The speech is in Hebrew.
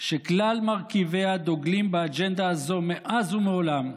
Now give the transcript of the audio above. שכלל מרכיביה דוגלים באג'נדה הזו מאז ומעולם,